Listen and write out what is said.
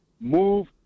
Move